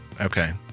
okay